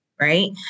Right